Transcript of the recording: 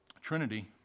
Trinity